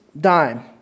dime